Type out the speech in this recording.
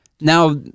Now